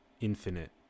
infinite